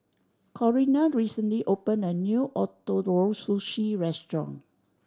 Corinna recently opened a new Ootoro Sushi Restaurant